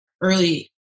early